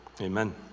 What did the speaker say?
amen